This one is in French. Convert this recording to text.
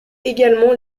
également